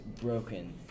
broken